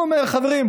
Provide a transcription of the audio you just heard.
הוא אומר: חברים,